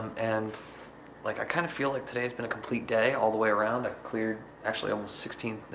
and like i kinda feel like today's been a complete day all the way around. i cleared, actually, almost sixteen,